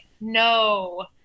no